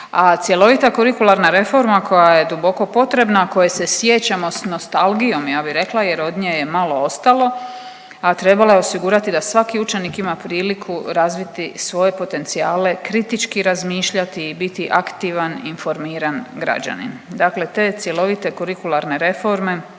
a cjelovita kurikularna reforma koja je duboko potrebna, koje se sjećamo sa nostalgijom ja bih rekla, jer od nje je malo ostalo, a trebala je osigurati da svaki učenik ima priliku razviti svoje potencijale, kritički razmišljati i biti aktivan, informiran građanin. Dakle, te cjelovite kurikularne reforme